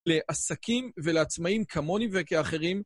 לעסקים ולעצמאים כמוני וכאחרים.